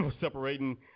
separating